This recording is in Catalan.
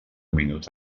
minuts